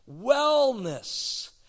wellness